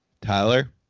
Tyler